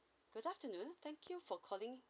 good afternoon thank you for calling